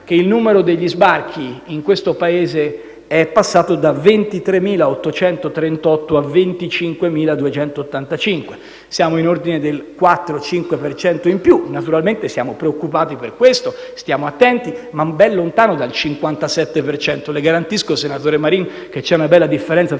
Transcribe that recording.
Il numero degli sbarchi in questo Paese è infatti passato da 23.838 a 25.285: siamo nell'ordine del 4-5 per cento in più. Naturalmente siamo preoccupati per questo, stiamo attenti, ma siamo ben lontani dal 57 per cento; le garantisco, senatore Marin, che c'è una bella differenza tra